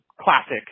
classic